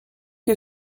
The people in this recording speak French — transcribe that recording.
que